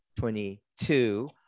2022